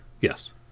Yes